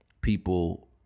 people